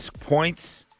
points